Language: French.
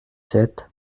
sept